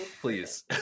Please